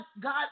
God